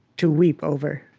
to weep over.